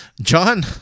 John